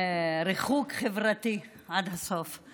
ריחוק חברתי עד הסוף.